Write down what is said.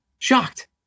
Shocked